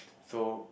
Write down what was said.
so